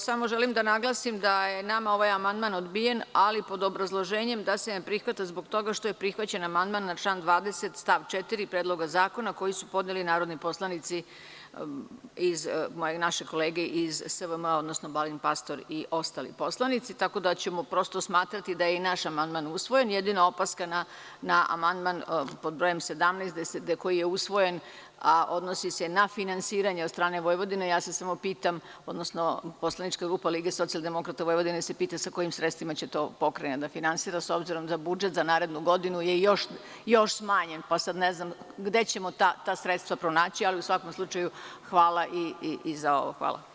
Samo želim da naglasim da je nama ovaj amandman odbijen, ali pod obrazloženjem da se ne prihvata, zbog toga što je prihvaćen amandman na član 20. stav 4. Predloga zakona koji su podneli narodni poslanici, naše kolege iz SVM, Balint Pastor i ostali poslanici, tako da ćemo prosto smatrati da je i naš amandman usvojen, a jedina opaska na amandman pod brojem 17 koji je usvojen, a odnosi se na finansiranje od strane Vojvodine, ja se samo pitam, odnosno poslanička grupa LSDV, sa kojim sredstvima će pokrajina to da finansira, s obzirom da je budžet za narednu godinu još smanjen, pa ne znam gde ćemo ta sredstva pronaći, ali hvala i za ovo.